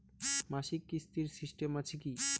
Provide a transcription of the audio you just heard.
মাসিক কিস্তির সিস্টেম আছে কি?